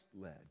led